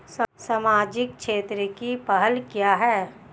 सामाजिक क्षेत्र की पहल क्या हैं?